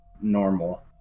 normal